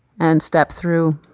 and step through